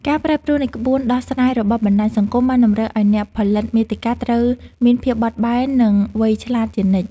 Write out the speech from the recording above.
ការប្រែប្រួលនៃក្បួនដោះស្រាយរបស់បណ្តាញសង្គមបានតម្រូវឱ្យអ្នកផលិតមាតិកាត្រូវមានភាពបត់បែននិងវៃឆ្លាតជានិច្ច។